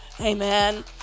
Amen